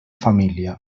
família